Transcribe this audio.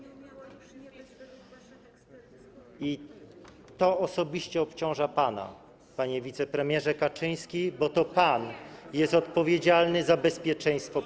I to osobiście obciąża pana, panie wicepremierze Kaczyński, bo to pan jest odpowiedzialny za bezpieczeństwo Polaków.